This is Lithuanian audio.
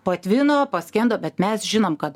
patvino paskendo bet mes žinom kad